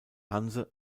hanse